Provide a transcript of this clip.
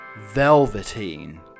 velveteen